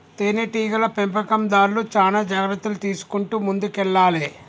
తేనె టీగల పెంపకందార్లు చానా జాగ్రత్తలు తీసుకుంటూ ముందుకెల్లాలే